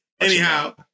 Anyhow